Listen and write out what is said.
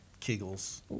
kegels